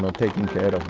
taking care